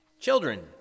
Children